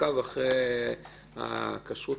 מעקב אחרי הכשרות